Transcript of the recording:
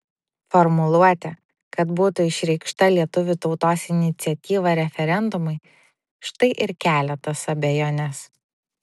formuluotė kad būtų išreikšta lietuvių tautos iniciatyva referendumui štai ir kelia tas abejones